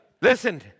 Listen